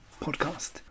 podcast